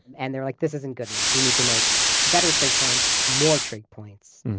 and they're like, this isn't good enough. we need to make better trig points, more trig points.